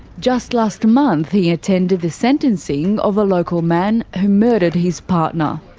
just last month he attended the sentencing of a local man who murdered his partner.